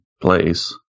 place